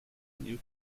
new